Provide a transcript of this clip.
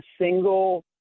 single